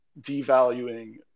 devaluing